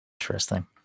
interesting